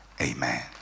amen